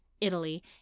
Italy